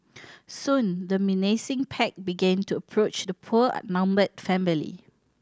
soon the menacing pack began to approach the poor outnumbered family